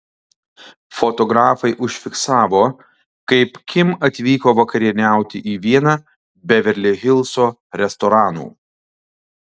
fotografai užfiksavo kaip kim atvyko vakarieniauti į vieną beverli hilso restoranų